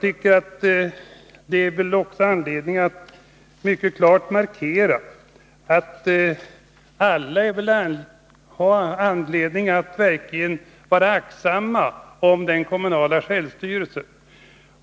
Det finns anledning att mycket klart markera att alla har skäl att verkligen vara aktsamma om den kommunala självstyrelsen.